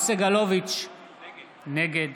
נגד